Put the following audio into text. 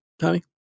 Tommy